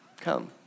come